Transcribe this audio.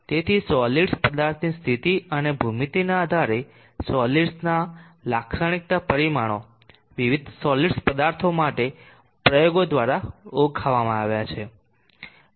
તેથી સોલીડ્સ પદાર્થની સ્થિતિ અને તેની ભૂમિતિના આધારે સોલિડ્સના લાક્ષણિકતા પરિમાણો વિવિધ સોલીડ્સ પદાર્થો માટે પ્રયોગો દ્વારા ઓળખવામાં આવ્યા છે